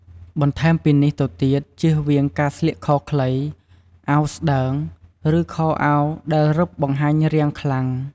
បន្ថែមពីនេះទៅទៀតជៀសវៀងការស្លៀកខោខ្លី អាវស្តើង ឬខោអាវដែលរឹបបង្ហាញរាងខ្លាំង។